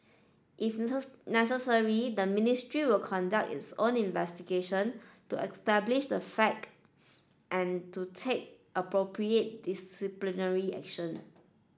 if necessary the Ministry will conduct its own investigation to establish the fact and to take appropriate disciplinary action